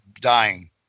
dying